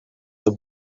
the